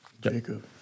Jacob